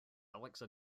alexa